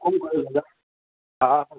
कमु ॿुधायो दादा हा